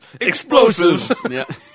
explosives